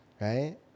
right